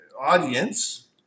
audience